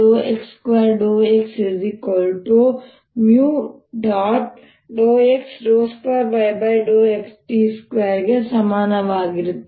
x2yt2 ಗೆ ಸಮಾನವಾಗಿರುತ್ತದೆ